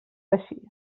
així